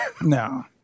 No